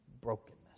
brokenness